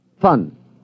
fun